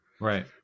Right